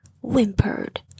whimpered